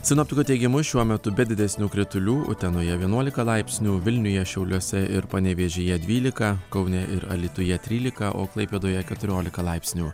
sinoptikų teigimu šiuo metu be didesnių kritulių utenoje vienuolika laipsnių vilniuje šiauliuose ir panevėžyje dvylika kaune ir alytuje trylika o klaipėdoje keturiolika laipsnių